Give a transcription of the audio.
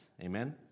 Amen